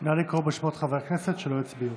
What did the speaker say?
נא לקרוא בשמות חברי הכנסת שלא הצביעו.